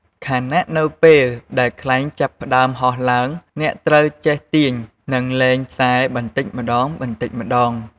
ខណៈនៅពេលដែលខ្លែងចាប់ផ្តើមហោះឡើង អ្នកត្រូវចេះទាញ និងលែងខ្សែបន្តិចម្តងៗ។